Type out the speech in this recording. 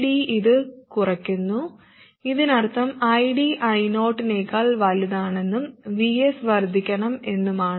VD ഇത് കുറയ്ക്കുന്നു ഇതിനർത്ഥം ID I0 നേക്കാൾ വലുതാണെന്നും VS വർദ്ധിക്കണം എന്നുമാണ്